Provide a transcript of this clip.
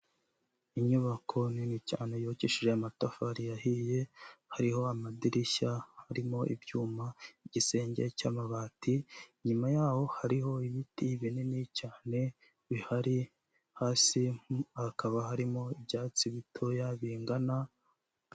Inyubako nini cyane yubakishije amatafari yahiye, hariho amadirishya, harimo ibyuma, igisenge cy'amabati, inyuma yaho hariho ibiti binini cyane bihari, hasi hakaba harimo ibyatsi bitoya bingana.